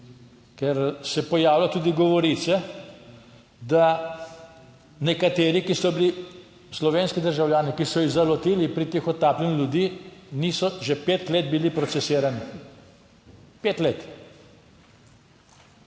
ker se pojavljajo tudi govorice, da nekateri, ki so bili slovenski državljani, ki so jih zalotili pri tihotapljenju ljudi, niso že pet let bili procesirani. Pet let!